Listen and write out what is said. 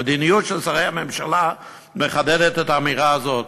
המדיניות של שרי הממשלה מחדדת את האמירה הזאת.